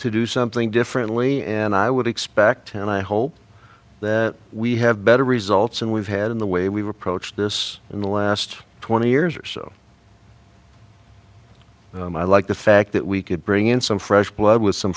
to do something differently and i would expect and i hope that we have better results and we've had in the way we've approached this in the last twenty years or so i like the fact that we could bring in some fresh blood with some